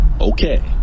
Okay